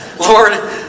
Lord